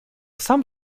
sam